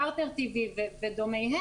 פרטנר טי.וי ודומיהם,